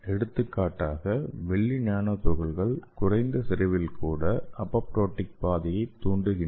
எடுத்துக்காட்டாக வெள்ளி நானோ துகள்கள் குறைந்த செறிவில் கூட அப்போப்டொடிக் பாதையைத் தூண்டுகின்றன